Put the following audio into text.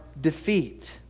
defeat